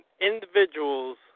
individuals